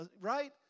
right